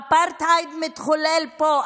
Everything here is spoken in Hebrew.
האפרטהייד מתחולל פה.